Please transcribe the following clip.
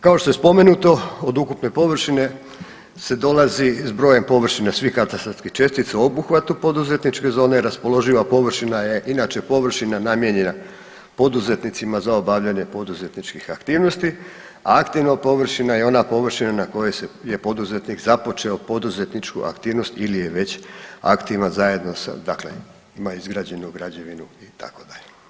Kao što je spomenuto od ukupne površine se dolazi s brojem površina svih katastarskih čestica u obuhvatu poduzetničke zone, raspoloživa površina je inače površina namijenjena poduzetnicima za obavljanje poduzetničkih aktivnosti, a aktivna površina je ona površina na kojoj je poduzetnik započeo poduzetničku aktivnost ili je već aktivna zajedno sa dakle ima izgrađenu izgrađenu građevinu itd.